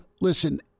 Listen